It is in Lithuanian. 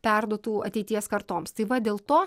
perduotų ateities kartoms tai va dėl to